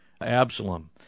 Absalom